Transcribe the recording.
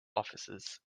offices